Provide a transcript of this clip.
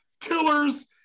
killer's